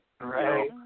Right